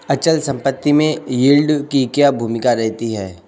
अचल संपत्ति में यील्ड की क्या भूमिका रहती है?